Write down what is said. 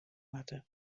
moatte